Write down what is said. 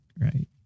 right